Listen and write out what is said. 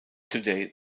today